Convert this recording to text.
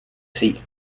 see